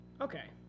Okay